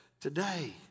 today